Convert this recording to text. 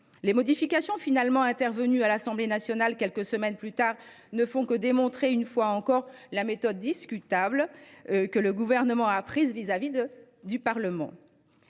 Les modifications finalement intervenues à l’Assemblée nationale quelques semaines plus tard ne font que démontrer, une fois de plus, la méthode discutable que le Gouvernement a adoptée à l’endroit du Parlement.